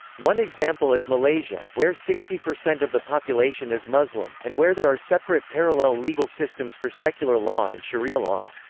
one example is malaysia, where sixty percent of the population is muslim, and where there are separate parallel legal systems for secular law and sharia law.